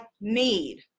need